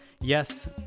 Yes